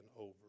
over